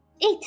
Eight